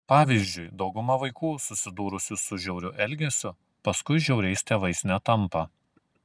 pavyzdžiui dauguma vaikų susidūrusių su žiauriu elgesiu paskui žiauriais tėvais netampa